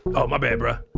oh, my bad bruh. oh,